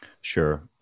Sure